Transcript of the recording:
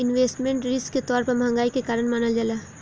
investment risk के तौर पर महंगाई के कारण मानल जाला